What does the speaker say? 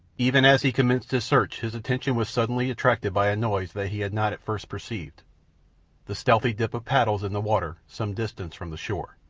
even as he commenced his search his attention was suddenly attracted by a noise that he had not at first perceived the stealthy dip of paddles in the water some distance from the shore,